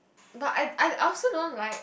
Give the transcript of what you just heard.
but I I also don't like